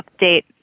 update